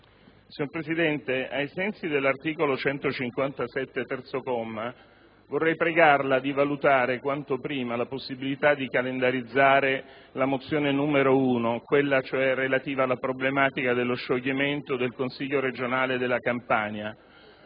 Signor Presidente, ai sensi dell'articolo 157, comma 3, del Regolamento del Senato, vorrei pregarla di valutare quanto prima la possibilità di calendarizzare la mozione n. 1, quella, cioè, relativa alla problematica dello scioglimento del Consiglio regionale della Campania.